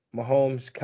Mahomes